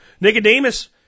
Nicodemus